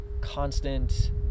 constant